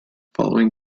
following